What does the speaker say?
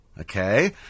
okay